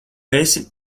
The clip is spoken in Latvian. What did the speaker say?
esi